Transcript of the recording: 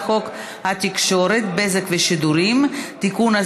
חוק התקשורת (בזק ושידורים) (תיקון,